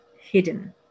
hidden